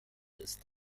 ist